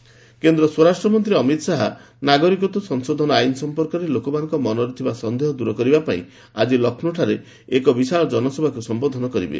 Shah Lucknow rally କେନ୍ଦ୍ର ସ୍ୱରାଷ୍ଟ୍ର ମନ୍ତ୍ରୀ ଅମିତ ଶାହା ନାଗରିକତା ସଂଶୋଧନ ଆଇନ୍ ସଂପର୍କରେ ଲୋକମାନଙ୍କ ମନରେ ଥିବା ସନ୍ଦେହ ଦୂର କରିବା ପାଇଁ ଆଜି ଲକ୍ଷ୍ମୌଠାରେ ଏକ ଜନସଭାକୁ ସମ୍ବୋଧନ କରିବେ